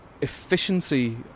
efficiency